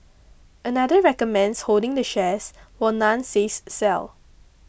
another recommends holding the shares while none says sell